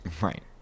Right